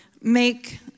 make